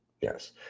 Yes